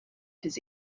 his